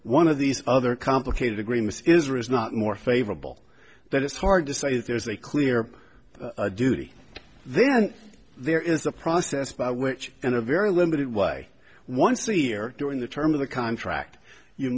one of these other complicated agreements is or is not more favorable that it's hard to say that there's a clear duty then there is a process by which in a very limited way once a year during the term of the contract you